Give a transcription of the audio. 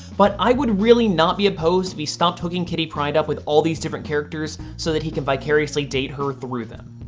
but i would really not be opposed if he stopped hooking kitty pryde up with all these different characters so that he can vicariously date her through them.